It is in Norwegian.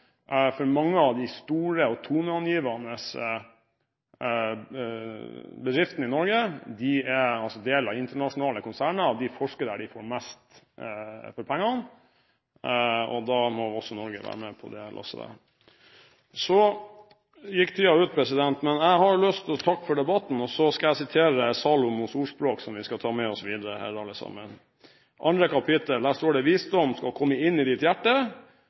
dette. Mange av de store og toneangivende bedriftene i Norge er deler av internasjonale konserner, og de forsker der de får mest for pengene. Da må også Norge være med på å dra det lasset. Der gikk taletiden ut, men jeg har lyst til å takke for debatten, og jeg vil sitere Salomos ordspråk, som vi skal ta med oss videre alle sammen. I andre kapittel står det: «Visdom skal komme inn i